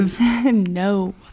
No